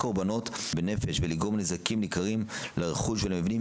קורבנות בנפש ולגרום נזקים ניכרים לרכוש ולמבנים,